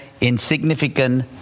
insignificant